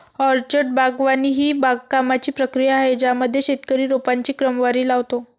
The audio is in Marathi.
ऑर्चर्ड बागवानी ही बागकामाची प्रक्रिया आहे ज्यामध्ये शेतकरी रोपांची क्रमवारी लावतो